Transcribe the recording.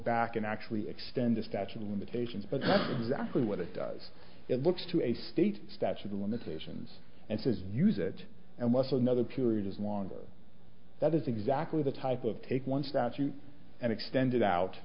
back and actually extend a statute of limitations but zachary what it does it looks to a state statute of limitations and says use it and less another period is longer that is exactly the type of take one statute and extended out